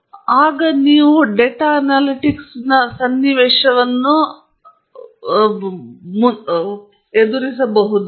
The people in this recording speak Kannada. ಮತ್ತು ನೀವು ಇಂದು ನೋಡಿದರೆ ಡೇಟಾ ಅನಾಲಿಟಿಕ್ಸ್ ಬಗ್ಗೆ ಸನ್ನಿವೇಶವು ದೊಡ್ಡದಾಗಿದೆ